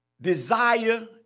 desire